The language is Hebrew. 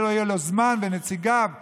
שלא יהיה לנציגיו זמן,